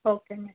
ஓகேங்க